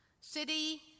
city